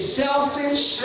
selfish